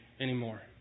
anymore